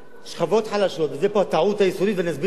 שכבות חלשות, וזו הטעות היסודית, ואסביר אותה.